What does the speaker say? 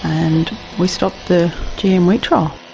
and we stopped the gm wheat trial.